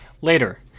Later